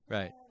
Right